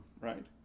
right